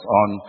on